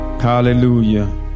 Hallelujah